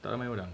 tak ramai orang